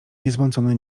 niezmącone